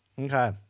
Okay